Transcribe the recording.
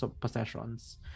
possessions